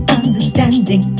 understanding